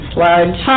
Sludge